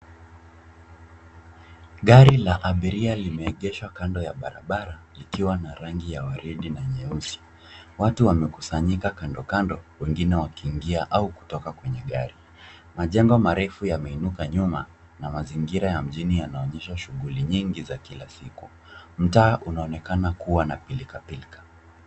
Gari la abiria limeegeshwa kando ya barabara likiwa na rangi ya waridi na nyeusi .Watu wamekusanyika kando kando wengine wakiingia au kutoka kwenye gari. Majengo marefu yameinuka nyuma na mazingira ya mjini yanaonyesha shughuli nyingi za kila siku. Mtaa unaonekana kuwa na pilkapilka